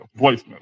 voicemail